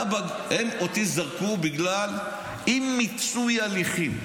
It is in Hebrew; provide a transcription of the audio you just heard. אותי זרקו בגלל אי-מיצוי הליכים.